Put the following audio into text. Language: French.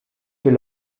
fait